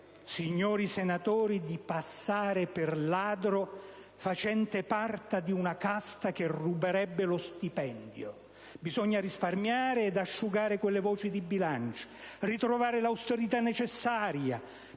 signori senatori, di passare per un ladro facente parte di una casta che ruberebbe lo stipendio. Bisogna risparmiare ed asciugare quelle voci di bilancio, rivedere la questione morale